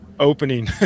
opening